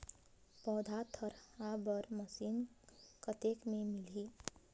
पौधा थरहा बर मशीन कतेक मे मिलही?